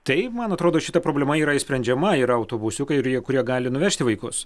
tai man atrodo šita problema yra išsprendžiama yra autobusiukai ir jie kurie gali nuvežti vaikus